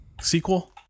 sequel